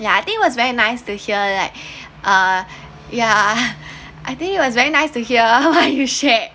ya I think was very nice to hear like uh yeah I think it was very nice to hear what you share